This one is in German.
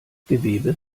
gewebe